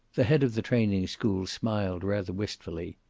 the head of the training school smiled rather wistfully.